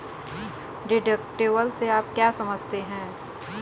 Deductible से आप क्या समझते हैं?